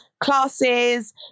classes